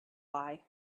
eye